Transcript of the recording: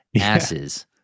asses